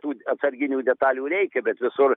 tų atsarginių detalių reikia bet visur